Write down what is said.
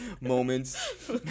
moments